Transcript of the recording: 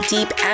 deep